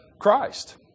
Christ